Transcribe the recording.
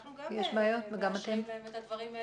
אנחנו גם מאשרים להן את הדברים האלה,